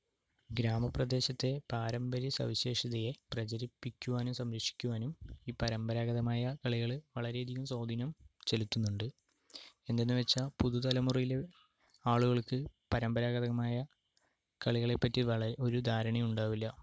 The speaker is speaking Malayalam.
ഗ്രാമപ്രദേശത്തെ പാരമ്പര്യ സവിശേഷതയെ പ്രചരിപ്പിക്കുവാനും സംരക്ഷിക്കുവാനും ഈ പരമ്പരാഗതമായ കളികൾ വളരെയധികം സ്വാധീനം ചെലത്തുന്നുണ്ട് എന്തെന്നു വച്ചാൽ പുതു തലമുറയിലെ ആളുകൾക്ക് പരമ്പരാഗതമായ കളികളെപ്പറ്റി ഒരു ധാരണയും ഉണ്ടാവില്ല